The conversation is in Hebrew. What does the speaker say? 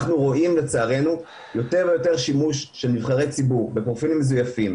אנחנו רואים לצערנו יותר ויותר שימוש של נבחרי ציבור בפרופילים מזויפים